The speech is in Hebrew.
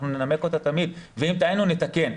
אנחנו תמיד ננמק אתה ואם טעינו, נתקן.